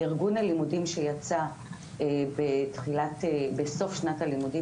בארגון הלימודים שיצא בסוף שנת הלימודים